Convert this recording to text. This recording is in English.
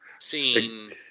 seen